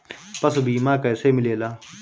पशु बीमा कैसे मिलेला?